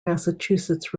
massachusetts